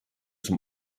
zum